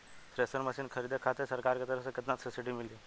Thresher machine खरीदे खातिर सरकार के तरफ से केतना सब्सीडी मिली?